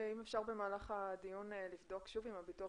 אם אפשר במהלך הדיון לבדוק שוב עם הביטוח